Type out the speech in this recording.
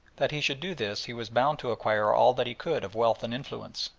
that he should do this he was bound to acquire all that he could of wealth and influence,